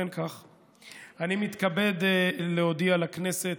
מתכבד להודיע לכנסת,